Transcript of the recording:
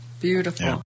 Beautiful